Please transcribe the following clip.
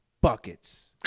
Buckets